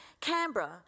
Canberra